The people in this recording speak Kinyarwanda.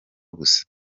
gusa